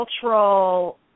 Cultural